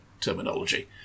terminology